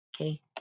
Okay